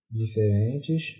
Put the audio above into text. diferentes